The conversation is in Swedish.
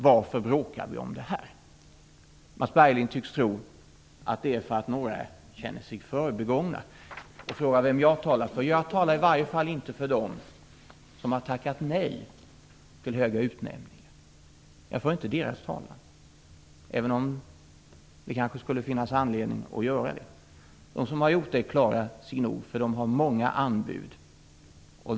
Varför bråkar vi om detta? Mats Berglind tycks tro att det är för att några känner sig förbigångna. Han frågar vem jag talar för. Jag talar i varje fall inte för dem som har tackat nej till höga utnämningar. Jag för inte deras talan, även om det kanske skulle finnas anledning att göra det. De som har gjort det klarar sig nog, för de har många anbud.